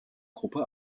gruppe